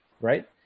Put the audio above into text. right